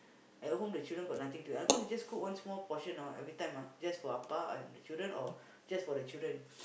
at home the children got nothing to eat I'm gonna just cook one small portion hor everytime ah just for Appa and the children or just for the children